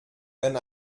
wenn